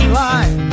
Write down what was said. life